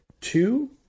two